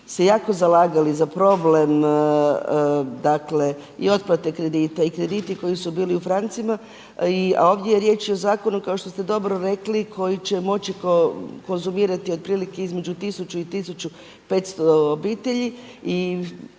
se jako zalagali za problem dakle i otplate kredita i krediti koji su bili u francima a ovdje je riječ i o zakonu kao što ste dobro rekli koji će moći konzumirati otprilike između 1000 i 1500 obitelji i